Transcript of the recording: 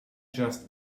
just